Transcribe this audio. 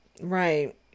Right